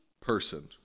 person